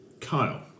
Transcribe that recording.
Kyle